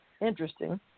Interesting